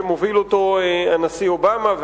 שמוביל הנשיא אובמה,